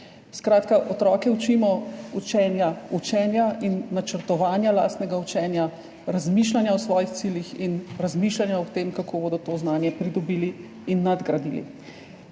Skratka, otroke učimo učenja, učenja in načrtovanja lastnega učenja, razmišljanja o svojih ciljih in razmišljanja o tem, kako bodo to znanje pridobili in nadgradili.